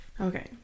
okay